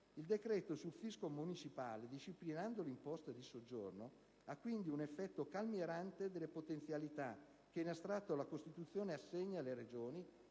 Il decreto sul fisco municipale, disciplinando l'imposta di soggiorno, ha quindi un effetto calmierante delle potenzialità che in astratto la Costituzione assegna alle Regioni